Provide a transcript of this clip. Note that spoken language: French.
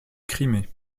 crimée